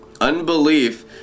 unbelief